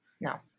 No